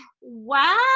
Wow